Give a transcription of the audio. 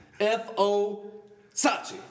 F-O-Sachi